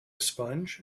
sponge